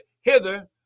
hither